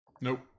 Nope